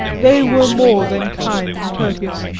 they were more than kind and courteous,